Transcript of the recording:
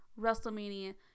wrestlemania